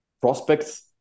prospects